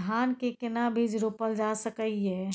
धान के केना बीज रोपल जा सकै ये?